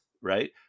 right